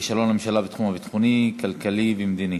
כישלון הממשלה בתחום הביטחוני, הכלכלי והמדיני.